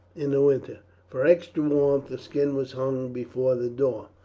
in winter, for extra warmth, a skin was hung before the door.